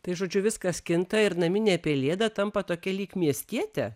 tai žodžiu viskas kinta ir naminė pelėda tampa tokia lyg miestietė